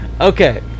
Okay